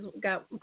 got